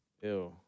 Ew